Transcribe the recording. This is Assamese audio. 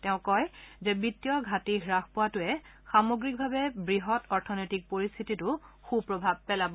তেওঁ কয় যে বিত্তীয় ঘাটি হ্ৰাস পোৱাটোৱে সামগ্ৰিকভাৱে বৃহৎ অৰ্থনৈতিক পৰিস্থিতিটো সুপ্ৰভাৱ পেলাব